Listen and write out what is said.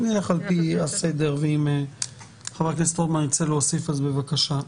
אני אלך על-פי הסדר ואם חבר הכנסת רוטמן ירצה להוסיף אז בבקשה.